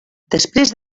després